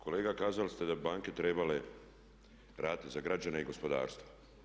Kolega kazali ste da bi banke trebale raditi za građane i gospodarstvo.